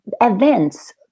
events